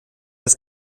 das